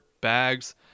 bags